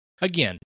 again